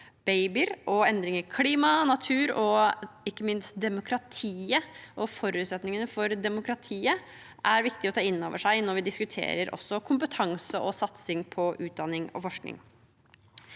babyer, endringer i klima og natur og ikke minst demokratiet og forutsetningene for demokratiet, er viktig å ta inn over seg når vi diskuterer kompetanse og satsing på utdanning og forskning.